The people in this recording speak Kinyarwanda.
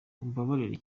umbabarire